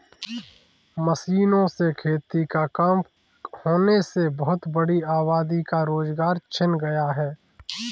मशीनों से खेती का काम होने से बहुत बड़ी आबादी का रोजगार छिन गया है